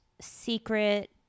secret